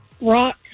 Rock